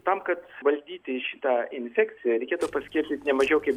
tam kad valdyti šitą infekciją reikėtų paskirst ne mažiau kaip